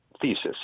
thesis